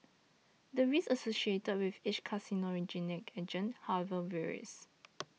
the risk associated with each carcinogenic agent however varies